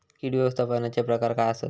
कीड व्यवस्थापनाचे प्रकार काय आसत?